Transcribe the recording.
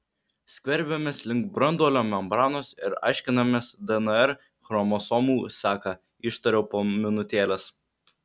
skverbiamės link branduolio membranos ir aiškinamės dnr chromosomų seką ištariau po minutėlės